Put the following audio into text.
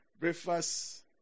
breakfast